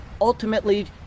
ultimately